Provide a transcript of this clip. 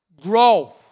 Grow